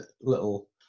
little